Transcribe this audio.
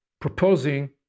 proposing